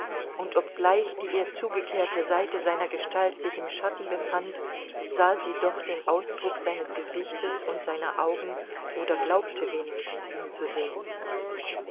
und obgleich die ihr zugekehrte seite seiner gestalt sich im schatten befand sah sie doch den ausdruck seines gesichtes und seiner augen oder glaubte wenigstens ihn zu sehen